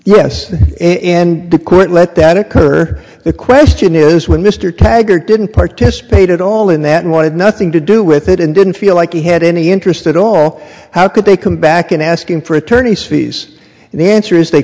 yes and the quid let that occur the question is when mr taggart didn't participate at all in that he wanted nothing to do with it and didn't feel like he had any interest at all how could they come back in asking for attorney's fees and the answer is they